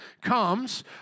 comes